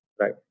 right